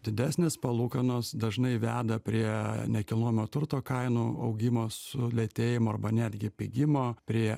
didesnės palūkanos dažnai veda prie nekilnojamo turto kainų augimo sulėtėjimo arba netgi pigimo prie